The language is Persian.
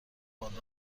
بالا